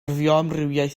fioamrywiaeth